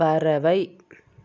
பறவை